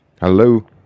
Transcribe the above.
Hello